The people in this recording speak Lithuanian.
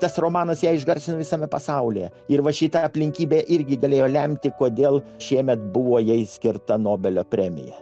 tas romanas ją išgarsino visame pasaulyje ir va šita aplinkybė irgi galėjo lemti kodėl šiemet buvo jai skirta nobelio premija